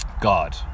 god